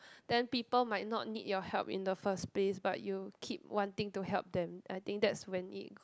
then people might not need your help in the first place but you keep wanting to help them I think that's when it